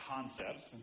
concepts